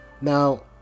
Now